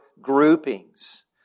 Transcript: groupings